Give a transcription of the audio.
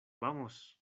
vamos